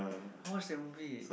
how much that movie